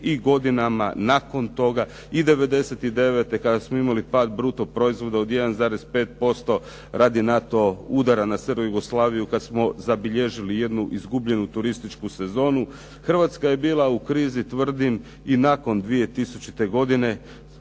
i godinama nakon toga, i 99. kada smo imali pad bruto proizvoda od 1,5% radi NATO udara na SR Jugoslaviju kad smo zabilježili jednu izgubljenu turističku sezonu. Hrvatska je bila u krizi tvrdim i nakon 2000. godine